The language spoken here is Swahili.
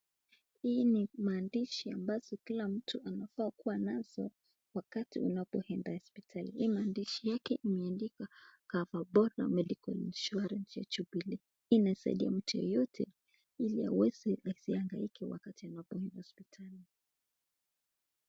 Hii ni maandishi ambazo kila mtu anafaa kuwa nazo wakati unapoelekea hospitalini. Hii maandishi yake imeandikwa Cover Board Medical Insurance ya Jubilee. Hii inasaidia mtu yeyote ili aweze asihangaike wakati anapoenda hospitalini.